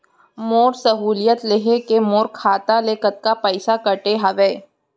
मोर सहुलियत लेहे के मोर खाता ले कतका पइसा कटे हवये?